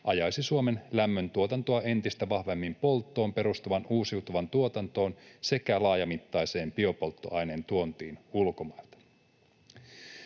ajaisi Suomen lämmöntuotantoa entistä vahvemmin polttoon perustuvaan uusiutuvan tuotantoon sekä laajamittaiseen biopolttoaineen tuontiin ulkomailta.”